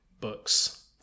books